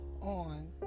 on